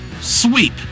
sweep